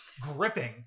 Gripping